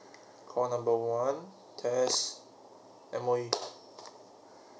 call number one test M_O_E